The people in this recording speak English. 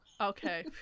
okay